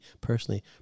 personally